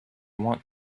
want